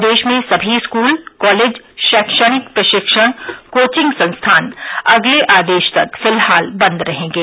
प्रदेश में सभी school college शैक्षणिक प्रशिक्षण कोचिंग संस्थान अगले आदेश तक फिलहाल बंद रहेंगे